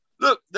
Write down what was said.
look